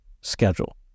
schedule